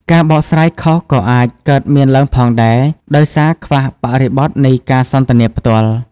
ការបកស្រាយខុសក៏អាចកើតមានឡើងផងដែរ ដោយសារខ្វះបរិបទនៃការសន្ទនាផ្ទាល់។